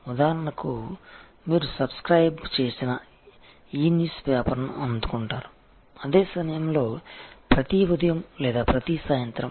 ఉదాహరణకి మీరు సబ్స్క్రయిబ్ చేసిన ఇ న్యూస్పేపర్ను అందుకుంటారు అదే సమయంలో ప్రతి ఉదయం లేదా ప్రతి సాయంత్రం